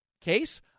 case